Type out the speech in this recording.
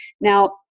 Now